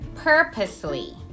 Purposely